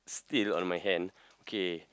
still on my hand okay